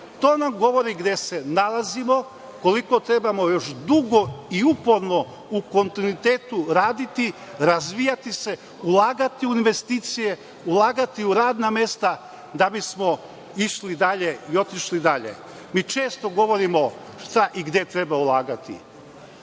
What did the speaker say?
To nam govori gde se nalazimo, koliko treba još dugo i uporno u kontinuitetu raditi, razvijati se, ulagati u investicije, ulagati u radna mesta da bismo išli dalje i otišli dalje. Mi često govorimo šta i gde treba ulagati.